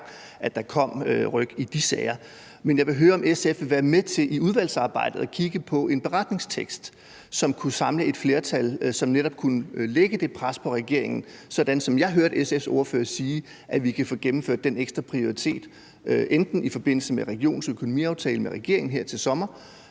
at der kom ryk i de sager. Men jeg vil høre, om SF i udvalgsarbejdet vil være med til at kigge på en beretningstekst, som kunne samle et flertal, der netop kunne lægge det pres på regeringen, så vi – sådan som jeg hørte SF's ordfører sige det – kan få gennemført den ekstra prioritet, enten i forbindelse med regionernes økonomiaftale med regeringen her til sommer